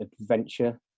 adventure